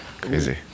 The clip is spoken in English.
crazy